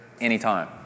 anytime